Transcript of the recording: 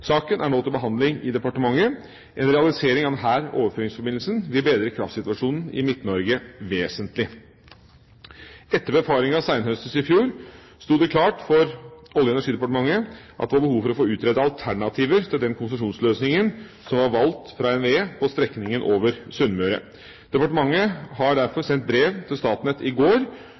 Saken er nå til behandling i departementet. En realisering av denne overføringsforbindelsen vil bedre kraftsituasjonen i Midt-Norge vesentlig. Etter befaringen senhøstes i fjor sto det klart for Olje- og energidepartementet at det var behov for å få utredet alternativer til den konsesjonsløsningen som var valgt fra NVE på strekningen over Sunnmøre. Departementet sendte derfor brev til Statnett i går